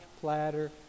platter